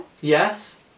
Yes